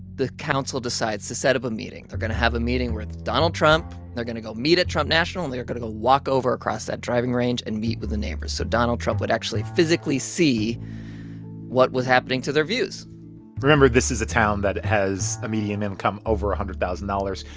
the council decides to set up a meeting. they're going to have a meeting with donald trump. they're going to go meet at trump national. they are going to walk over across that driving range and meet with the neighbors. so donald trump would actually physically see what was happening to their views remember, this is a town that has a median income over one hundred thousand dollars.